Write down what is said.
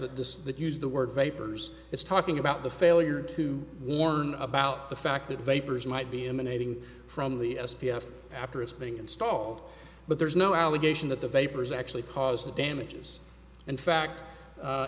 this that used the word vapors it's talking about the failure to warn about the fact that vapors might be emanating from the s p f after it's being installed but there's no allegation that the vapors actually caused the damages in fact